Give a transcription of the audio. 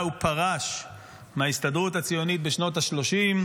הוא פרש מההסתדרות הציונית בשנות השלושים,